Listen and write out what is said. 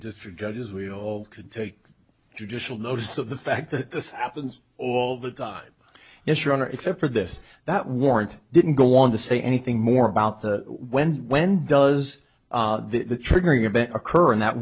district judges we all could take judicial notice of the fact that this happens all the time is your honor except for this that warrant didn't go on to say anything more about the when when does the triggering event occur in that